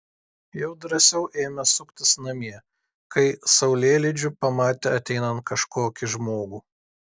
jau drąsiau ėmė suktis namie kai saulėlydžiu pamatė ateinant kažkokį žmogų